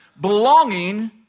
Belonging